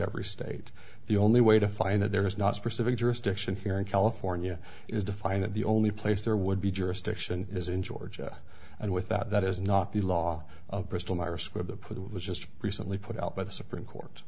every state the only way to find that there is not specific jurisdiction here in california is defined that the only place there would be jurisdiction is in georgia and with that is not the law of bristol myers squibb the put it was just recently put out by the supreme court